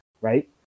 right